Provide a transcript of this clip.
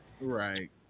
Right